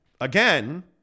again